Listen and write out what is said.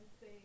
say